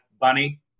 bunny